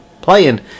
playing